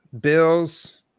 Bills